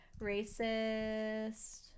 Racist